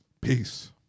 peace